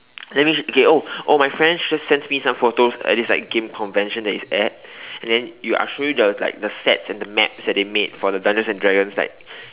let me okay oh oh my friends just sent me some photos at this like game convention that he's at and then I show you like the sets and maps that they made for the dungeons and dragon like